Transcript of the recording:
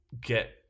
get